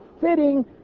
fitting